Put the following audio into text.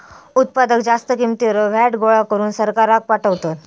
उत्पादक जास्त किंमतीवर व्हॅट गोळा करून सरकाराक पाठवता